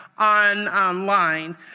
online